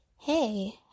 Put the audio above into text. Hey